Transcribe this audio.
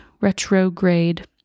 retrograde